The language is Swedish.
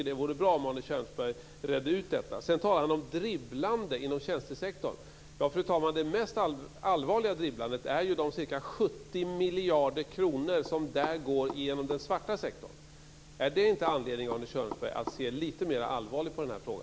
Det vore bra om Arne Kjörnsberg redde ut detta. Sedan talade han om dribblande inom tjänstesektorn. Det mest allvarliga dribblandet är de ca 70 miljarder kronor som där går genom den svarta sektorn. Är det inte anledning att se lite mer allvarligt på denna fråga?